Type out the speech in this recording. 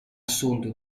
assunto